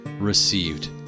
received